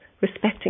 respecting